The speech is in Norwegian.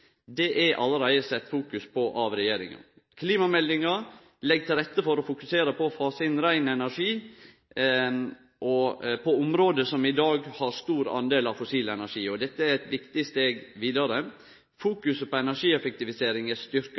infrastrukturnett er allereie sett fokus på av regjeringa. Klimameldinga legg til rette for og fokuserer på å fase inn rein energi på område som i dag har stor del fossil energi, og dette er eit viktig steg vidare. Fokuset på energieffektivisering er styrkt,